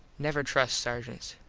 never trust sargents.